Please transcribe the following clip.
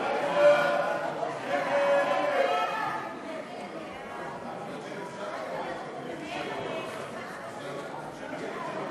ההצעה להעביר לוועדה את הצעת חוק הבנקאות (שירות ללקוח) (תיקון,